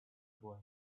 boy